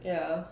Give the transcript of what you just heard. ya